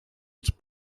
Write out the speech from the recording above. its